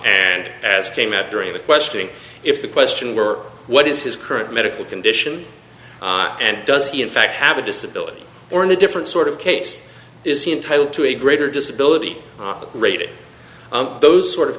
and as came up during the questioning if the question were what is his current medical condition and does he in fact have a disability or in a different sort of case is he entitled to a greater disability operated those sort of